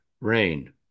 rain